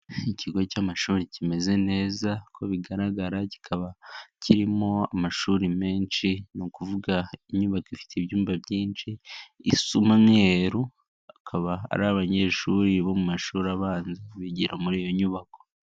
Ikigo cyamashuri cyimeze neza nkuko bigaragara kikaba cyirimo amashuri menshi nukuvuga inyubako ifite ibyumba byishi isa umweru akaba ari abanyeshuri bo mu mashuri abanza bijyira muri iyo nyubako.